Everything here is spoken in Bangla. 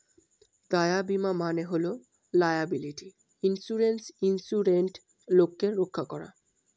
দায় বীমা মানে হল লায়াবিলিটি ইন্সুরেন্সে ইন্সুরেড লোককে রক্ষা করা